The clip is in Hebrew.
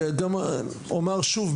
אומר שוב,